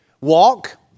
walk